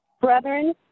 Brethren